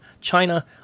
China